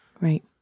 Right